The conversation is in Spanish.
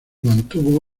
mantuvo